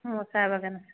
মোৰ চাহ বাগান আছে